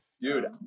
Dude